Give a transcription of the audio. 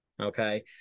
Okay